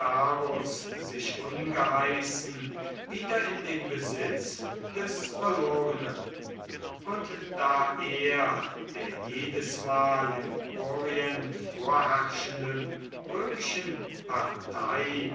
sich ungeheißen wieder in den besitz des verlorenen und da er der jedesmal im orient vorherrschenden römischen partei